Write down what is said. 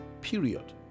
period